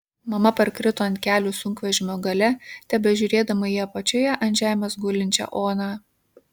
mama parkrito ant kelių sunkvežimio gale tebežiūrėdama į apačioje ant žemės gulinčią oną